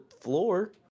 floor